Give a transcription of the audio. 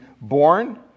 born